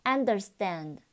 Understand